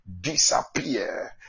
disappear